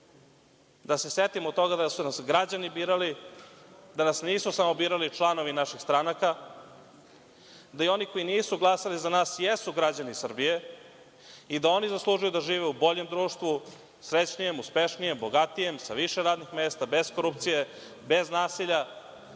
da se setimo toga da su nas građani birali, da nas nisu samo birali članovi naših stranaka, da i oni koji nisu glasali za nas jesu građani Srbije, i da oni zaslužuju da žive u boljem društvu, srećnijem, uspešnijem, bogatijem, sa više radnih mesta, bez korupcije, bez nasilja